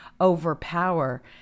Overpower